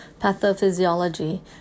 Pathophysiology